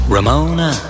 Ramona